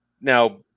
Now